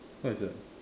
what is that